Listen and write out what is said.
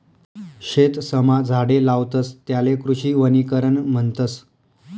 शेतसमा झाडे लावतस त्याले कृषी वनीकरण म्हणतस